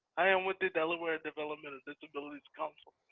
i am with the delaware developmental disabilities council.